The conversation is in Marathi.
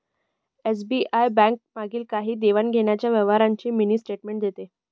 एस.बी.आय बैंक मागील काही देण्याघेण्याच्या व्यवहारांची मिनी स्टेटमेंट देते